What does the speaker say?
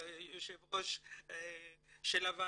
יושב ראש הוועדה,